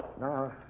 Now